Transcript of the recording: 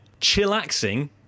Chillaxing